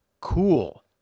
Cool